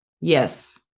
Yes